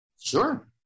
Sure